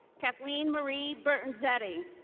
kathleen marie bertanzetti.